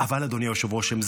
אבל, אדוני היושב-ראש, הם זמניים.